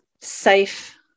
safe